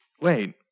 Wait